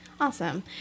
Awesome